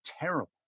terrible